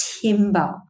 timber